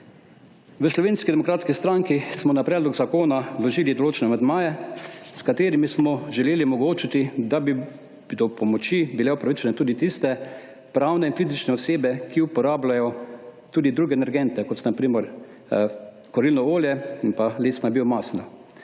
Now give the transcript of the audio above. V Slovenski demokratski stranki smo na predlog zakona vložili določene amandmaje s katerimi smo želeli omogočiti, da bi do pomoči bile upravičene tudi tiste pravne in fizične osebe, ki uporabljajo tudi druge energente, kot sta na primer kurilno olje in pa lesna biomasa